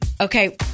Okay